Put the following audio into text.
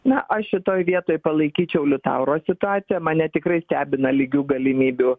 na aš šitoj vietoj palaikyčiau liutauro situaciją mane tikrai stebina lygių galimybių